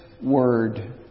word